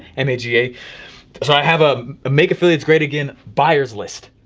m a g a. so i have ah a make affiliates great again, buyers list.